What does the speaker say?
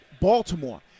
Baltimore